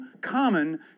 common